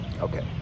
okay